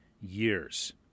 years